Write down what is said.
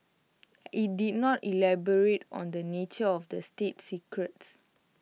IT did not elaborate on the nature of the state secrets